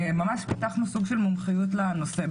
פיתחנו סוג של מומחיות לנושא.